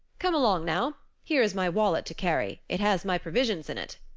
come along now. here is my wallet to carry. it has my provisions in it.